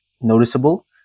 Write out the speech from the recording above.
noticeable